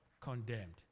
condemned